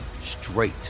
straight